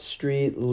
Street